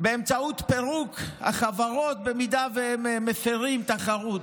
באמצעות פירוק החברות אם הם מפירים תחרות.